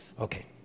Okay